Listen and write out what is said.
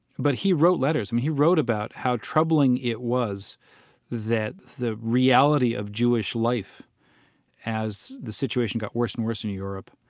but he wrote letters. i mean, he wrote about how troubling it was that the reality of jewish life as the situation got worse and worse in europe,